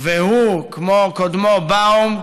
וכמו קודמו באום,